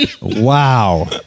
Wow